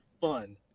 fun